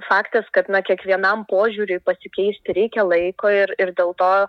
faktas kad na kiekvienam požiūriui pasikeisti reikia laiko ir ir dėl to